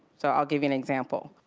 so, i'll give you an example.